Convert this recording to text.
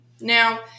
Now